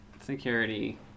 security